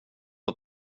att